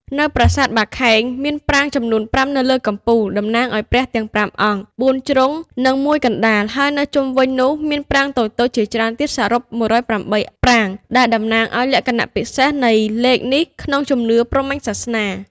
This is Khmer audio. នៅប្រាសាទបាខែង មានប្រាង្គចំនួន ប្រាំ នៅលើកំពូល តំណាងឱ្យព្រះទាំងប្រាំអង្គ បួនជ្រុង និងមួយកណ្តាល ហើយនៅជុំវិញនោះមានប្រាង្គតូចៗជាច្រើនទៀតសរុប ១០៨ ប្រាង្គ ដែលតំណាងឱ្យលក្ខណៈពិសិដ្ឋនៃលេខនេះក្នុងជំនឿព្រហ្មញ្ញសាសនា។